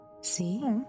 See